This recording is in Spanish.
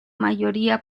mayoría